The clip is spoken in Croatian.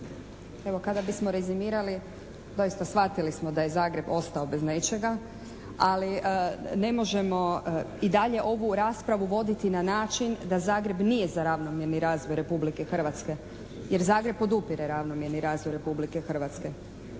Evo kada bismo rezimirali doista shvatili smo da je Zagreb ostao bez nečega, ali ne možemo i dalje ovu raspravu voditi na način da Zagreb nije za ravnomjerni razvoj Republike Hrvatske, jer Zagreb podupire ravnomjerni razvoj Republike Hrvatske.